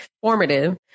Formative